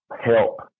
help